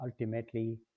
ultimately